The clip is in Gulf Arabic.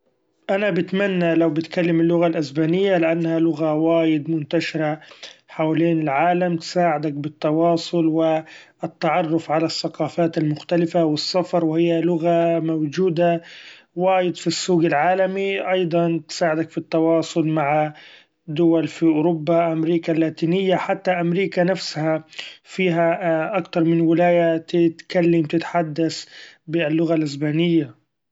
أنا بتمني لو بتكلم اللغة الأسبانية لأنها لغة وايد منتشره حولين العالم تساعدك بالتواصل و التعرف علي الثقافات المختلفة والسفر ، و هيا لغة موجوده وايد ف السوق العالمي أيضا تساعدك ف التواصل مع دول في اوروبا ، أمريكا اللاتينية حتي أمريكا نفسها فيها أكتر من ولايه تتكلم تتحدث باللغة الإسبانية.